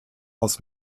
aus